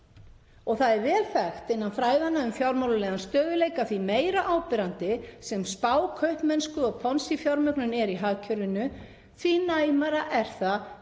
og það er vel þekkt innan fræðanna um fjármálalegan stöðugleika að því meira áberandi sem spákaupmennska og Ponzi-fjármögnun er í hagkerfinu því næmara er það